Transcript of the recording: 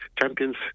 champions